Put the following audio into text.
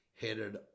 headed